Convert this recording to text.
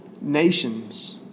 nations